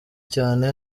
cyane